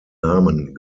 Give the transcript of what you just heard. namen